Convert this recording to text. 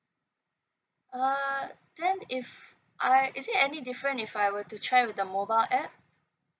uh then if I is there any different if I were to try with the mobile app